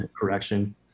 correction